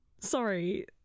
sorry